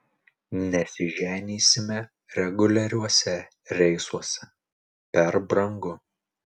nesiženysime reguliariuose reisuose per brangu